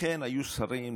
אכן היו שרים,